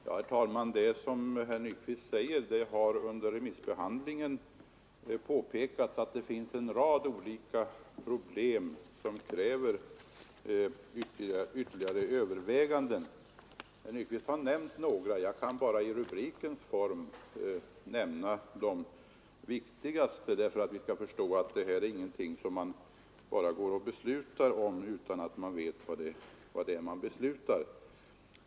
Herr talman! Som herr Nyquist säger har det under remissbehandlingen påpekats att det finns en rad olika problem som kräver ytterligare överväganden. Herr Nyquist har nämnt några, och jag kan i rubrikens form räkna upp de viktigaste för att vi skall förstå att det här inte är någonting som man bara går och beslutar om utan att veta vad det är man beslutar.